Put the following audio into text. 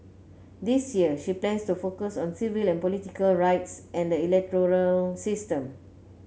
this year she plans to focus on civil and political rights and the electoral system